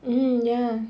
mm ya